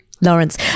Lawrence